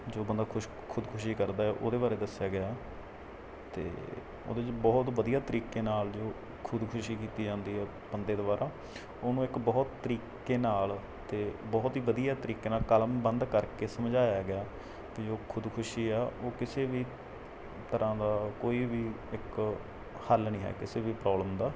ਜੋ ਬੰਦਾ ਖੁਸ਼ ਖ਼ੁਦਕੁਸ਼ੀ ਕਰਦਾ ਹੈ ਉਹਦੇ ਬਾਰੇ ਦੱਸਿਆ ਗਿਆ ਹੈ ਅਤੇ ਉਹਦੇ 'ਚ ਬਹੁਤ ਵਧੀਆ ਤਰੀਕੇ ਨਾਲ ਜੋ ਖ਼ੁਦਕੁਸ਼ੀ ਕੀਤੀ ਜਾਂਦੀ ਹੈ ਬੰਦੇ ਦੁਆਰਾ ਉਹਨੂੰ ਇੱਕ ਬਹੁਤ ਤਰੀਕੇ ਨਾਲ ਅਤੇ ਬਹੁਤ ਹੀ ਵਧੀਆ ਤਰੀਕੇ ਨਾਲ ਕਲਮਬੰਦ ਕਰਕੇ ਸਮਝਾਇਆ ਗਿਆ ਵੀ ਜੋ ਖੁਦਕੁਸ਼ੀ ਹੈ ਉਹ ਕਿਸੇ ਵੀ ਤਰ੍ਹਾਂ ਦਾ ਕੋਈ ਵੀ ਇੱਕ ਹੱਲ ਨਹੀਂ ਹੈ ਕਿਸੇ ਵੀ ਪ੍ਰੋਬਲਮ ਦਾ